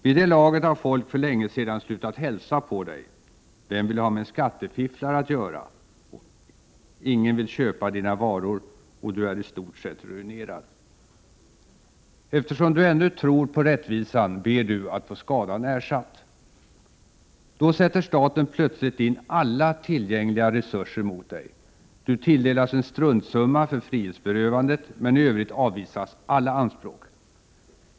Vid det laget har folk för länge sedan slutat hälsa på dig — vem vill ha med en skattefifflare att göra? — ingen vill köpa dina varor och du är i stort sett ruinerad. Eftersom du ändå tror på rättvisan ber du att få skadan ersatt. Då sätter staten plötsligt in alla tillgängliga resurser mot dig. Du tilldelas en struntsumma för frihetsberövandet, men i övrigt avvisas alla anspråk.